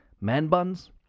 man-buns